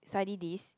study this